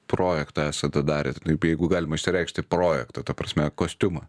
projektą esate darę taip jeigu galima išsireikšti projektą ta prasme kostiumą